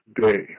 day